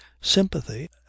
sympathy